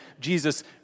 Jesus